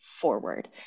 forward